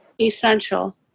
essential